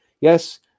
yes